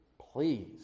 please